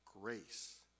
grace